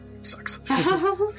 Sucks